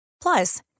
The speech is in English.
Plus